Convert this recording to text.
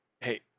Hey